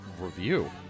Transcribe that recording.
review